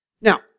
Now